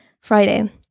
Friday